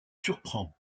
surprend